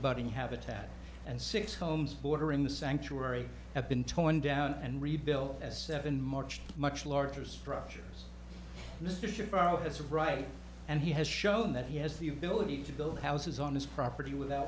budding habitat and six homes bordering the sanctuary have been torn down and rebuilt as seven march much larger structures mr shapiro that's right and he has shown that he has the ability to build houses on his property without